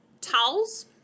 towels